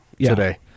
today